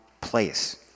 place